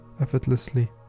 effortlessly